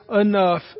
enough